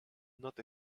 not